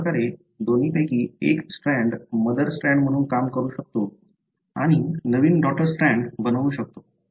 अशाप्रकारे दोन्हीपैकी एक स्ट्रँड मदर स्ट्रँड म्हणून काम करू शकतो आणि नवीन डॉटर स्ट्रँड बनवू शकतो